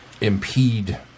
impede